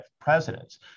presidents